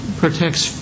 protects